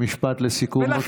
משפט לסיכום, בבקשה.